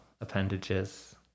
appendages